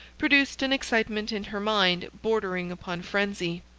produced an excitement in her mind bordering upon frensy.